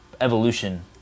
evolution